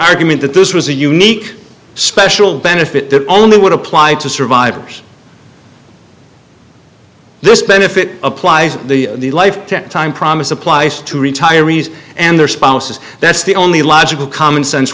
argument that this was a unique special benefit that only would apply to survivors this benefit applies the life time promise applies to retirees and their spouses that's the only logical commonsense